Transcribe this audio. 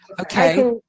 okay